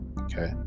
Okay